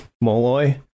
Molloy